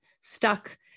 stuck